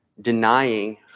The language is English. denying